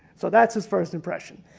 so that's his first impression.